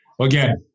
Again